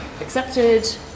accepted